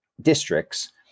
districts